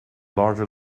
larger